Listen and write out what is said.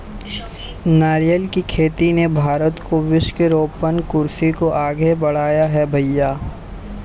नारियल की खेती ने भारत को वृक्षारोपण कृषि को आगे बढ़ाया है भईया